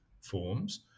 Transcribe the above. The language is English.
forms